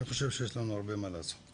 אני חושב שיש לנו הרבה מה לעשות כאן.